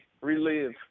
Relive